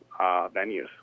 venues